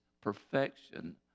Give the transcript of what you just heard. perfection